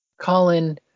Colin